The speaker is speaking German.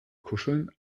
kuscheln